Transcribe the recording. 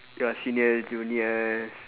your seniors juniors